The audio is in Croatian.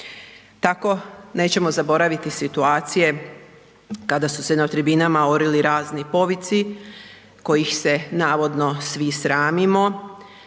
Tako nećemo zaboraviti situacije kada su se na tribina orili razni povici kojih se navodno svi sramimo,